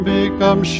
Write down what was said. become